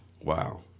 Wow